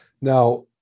Now